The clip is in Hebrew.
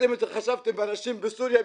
אתם התחשבתם באנשים בסוריה,